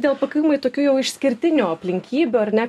dėl pakankamai tokių jau išskirtinių aplinkybių ar ne